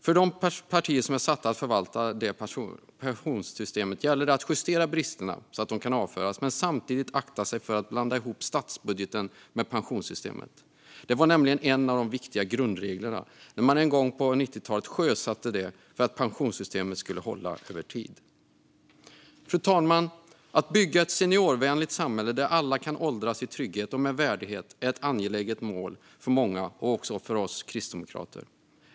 För de partier som är satta att förvalta detta pensionssystem gäller det att justera bristerna så att de kan avföras men samtidigt akta sig för att blanda ihop statsbudgeten med pensionssystemet. När man en gång på 90-talet sjösatte systemet var detta en av de viktiga grundreglerna för att det skulle hålla över tid. Fru talman! Att bygga ett seniorvänligt samhälle där alla kan åldras i trygghet och med värdighet är ett angeläget mål för många och även för oss kristdemokrater.